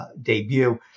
debut